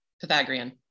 pythagorean